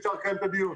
אפשר לקיים את הדיון,